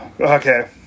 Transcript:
okay